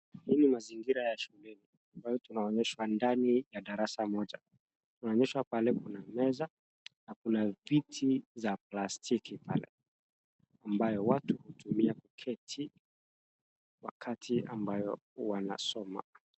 Hii ni mazingira ya shuleni ambayo tunaonyeshwa ndani ya darasa moja. Tunaonyeshwa pale kuna meza, na kuna viti za plastiki pale, ambayo watu hutumia kuketi wakati ambayo wanasoma.